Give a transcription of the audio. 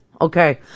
Okay